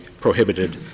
prohibited